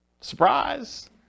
Surprise